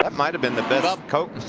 but might have been the best um